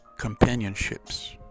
companionships